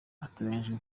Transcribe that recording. ateganyijwe